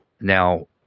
Now